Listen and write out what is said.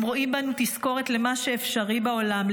הם רואים בנו תזכורת למה שאפשרי בעולם,